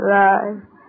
life